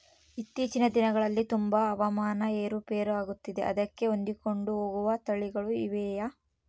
ಇತ್ತೇಚಿನ ದಿನಗಳಲ್ಲಿ ತುಂಬಾ ಹವಾಮಾನ ಏರು ಪೇರು ಆಗುತ್ತಿದೆ ಅದಕ್ಕೆ ಹೊಂದಿಕೊಂಡು ಹೋಗುವ ತಳಿಗಳು ಇವೆಯಾ?